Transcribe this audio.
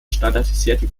standardisierten